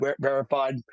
verified